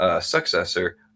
Successor